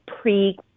pre